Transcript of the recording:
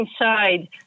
inside